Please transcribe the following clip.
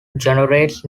generates